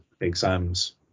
exams